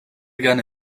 gerne